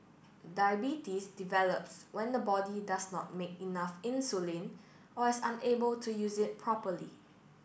diabetes develops when the body does not make enough insulin or is unable to use it properly